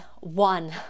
one